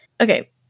okay